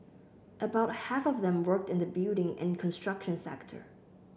about half of them worked in the building and construction sector